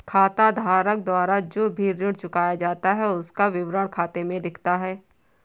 खाताधारक द्वारा जो भी ऋण चुकाया जाता है उसका विवरण खाते में दिखता है